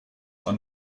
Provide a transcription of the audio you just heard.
are